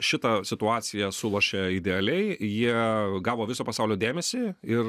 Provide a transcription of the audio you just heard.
šitą situaciją sulošė idealiai jie gavo viso pasaulio dėmesį ir